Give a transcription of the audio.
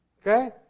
Okay